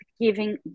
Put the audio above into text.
giving